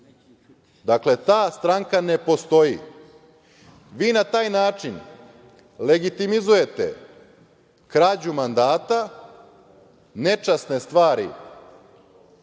Srbiji. Dakle, ta stranka ne postoji. Vi na taj način legitimizujete krađu mandata, nečasne stvari